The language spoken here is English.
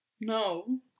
No